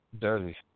Dirty